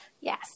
Yes